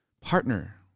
partner